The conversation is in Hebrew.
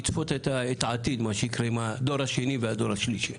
לצפות את העתיד במה שיקרה בדור השני ובדור השלישי.